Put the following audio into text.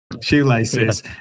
shoelaces